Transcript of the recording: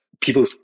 people